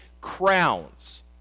crowns